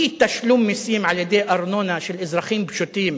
אי-תשלום מסים על-ידי ארנונה של אזרחים פשוטים